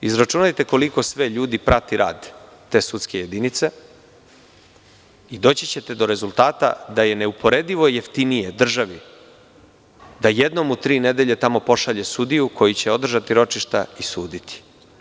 Izračunajte koliko sve ljudi prati rad te sudske jedinice i doći ćete do rezultata da je neuporedivo jeftnije državi da jednom u tri nedelje pošalje sudiju koji će održati ročišta i suditi.